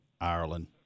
Ireland